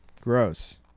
Gross